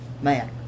man